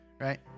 right